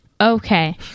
Okay